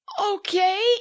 Okay